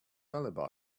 alibi